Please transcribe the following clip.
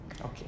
Okay